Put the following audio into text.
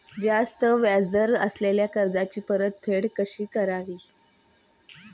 जास्त व्याज दर असलेल्या कर्जाची परतफेड कशी करावी?